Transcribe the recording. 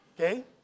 Okay